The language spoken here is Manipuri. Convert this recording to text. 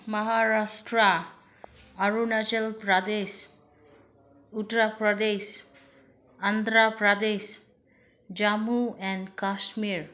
ꯃꯍꯥꯔꯥꯁꯇ꯭ꯔ ꯑꯔꯨꯅꯥꯆꯜ ꯄ꯭ꯔꯗꯦꯁ ꯎꯇꯔ ꯄ꯭ꯔꯗꯦꯁ ꯑꯟꯗ꯭ꯔ ꯄ꯭ꯔꯗꯦꯁ ꯖꯃꯨ ꯑꯦꯟ ꯀꯥꯁꯃꯤꯔ